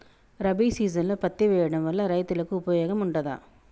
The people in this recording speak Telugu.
రబీ సీజన్లో పత్తి వేయడం వల్ల రైతులకు ఉపయోగం ఉంటదా?